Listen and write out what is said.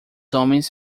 homens